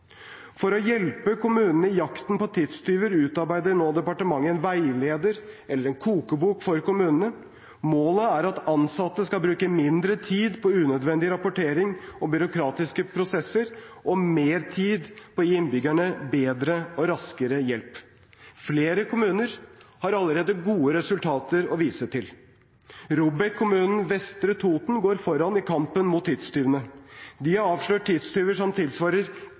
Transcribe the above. For å hjelpe kommunene i jakten på tidstyver utarbeider departementet nå en veileder – eller en kokebok – for kommunene. Målet er at ansatte skal bruke mindre tid på unødvendig rapportering og byråkratiske prosesser og mer tid på å gi innbyggerne bedre og raskere hjelp. Flere kommuner har allerede gode resultater å vise til: ROBEK-kommunen Vestre Toten går foran i kampen mot tidstyvene. De har avslørt tidstyver som tilsvarer